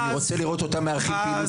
אני רוצה לראות אותם מארחים פעילות